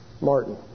Martin